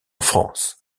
france